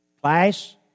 Class